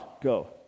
go